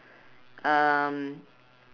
um